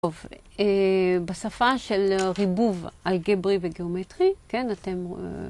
‫טוב, בשפה של ריבוב אלגברי וגיאומטרי, ‫כן, אתם...